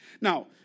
Now